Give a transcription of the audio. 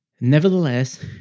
Nevertheless